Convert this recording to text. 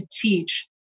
teach